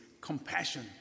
compassion